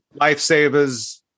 Lifesavers